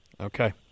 Okay